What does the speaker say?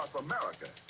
america,